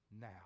now